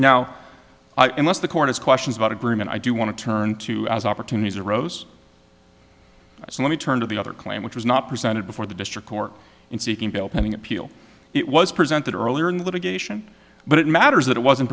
and less the court has questions about agreement i do want to turn to as opportunities arose so let me turn to the other claim which was not presented before the district court in seeking bail pending appeal it was presented earlier in the litigation but it matters that it wasn't